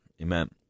Amen